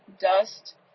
dust